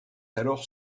alors